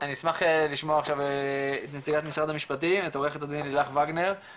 אני אשמח לשמוע עכשיו את נציגת משרד המשפטים את עורכת הדין לילך וגנר,